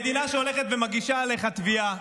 מדינה שהולכת ומגישה עליך תביעה,